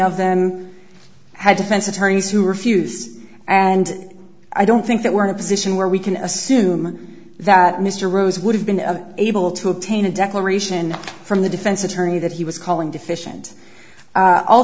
of them have defense attorneys who refuse and i don't think that we're in a position where we can assume that mr rose would have been able to obtain a declaration from the defense attorney that he was calling deficient a